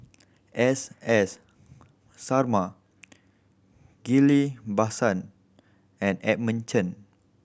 S S Sarma Ghillie Basan and Edmund Chen